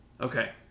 Okay